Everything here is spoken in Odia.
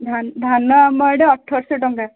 ଧାନ ଧାନ ଆମ ଆଡ଼େ ଅଠରଶହ ଟଙ୍କା